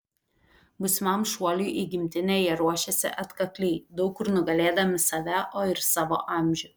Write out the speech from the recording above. būsimam šuoliui į gimtinę jie ruošėsi atkakliai daug kur nugalėdami save o ir savo amžių